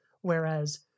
whereas